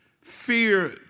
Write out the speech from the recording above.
Fear